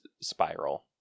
Spiral